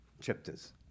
chapters